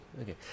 Okay